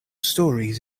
stories